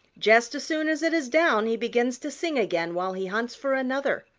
just as soon as it is down he begins to sing again while he hunts for another.